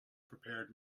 prepared